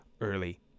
Early